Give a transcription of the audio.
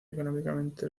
económicamente